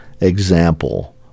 example